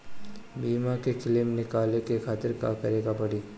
बीमा के क्लेम निकाले के खातिर का करे के पड़ी?